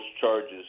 charges